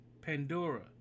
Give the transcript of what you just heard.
Pandora